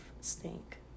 stink